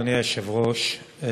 אדוני היושב-ראש,